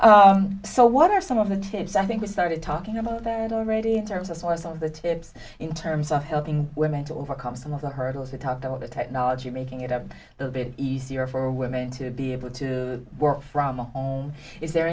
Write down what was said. ok so what are some of the tips i think we started talking about already terms a source of the tips in terms of helping women to overcome some of the hurdles you talked about the technology making it a little bit easier for women to be able to work from home is there